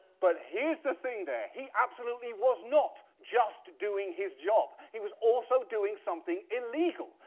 but here's the thing there. he absolutely was not just doing his job. he was also doing something illegal.